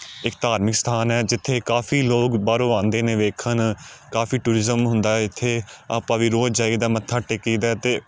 ਇੱਕ ਧਾਰਮਿਕ ਸਥਾਨ ਹੈ ਜਿੱਥੇ ਕਾਫੀ ਲੋਕ ਬਾਹਰੋਂ ਆਉਂਦੇ ਨੇ ਵੇਖਣ ਕਾਫੀ ਟੂਰਿਜ਼ਮ ਹੁੰਦਾ ਇੱਥੇ ਆਪਾਂ ਵੀ ਰੋਜ਼ ਜਾਈਦਾ ਮੱਥਾ ਟੇਕੀਦਾ ਅਤੇ